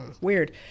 weird